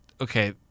okay